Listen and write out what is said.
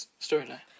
storyline